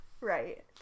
right